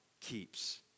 keeps